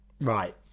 Right